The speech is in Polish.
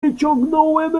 wyciągnąłem